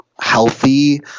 healthy